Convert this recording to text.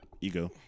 Ego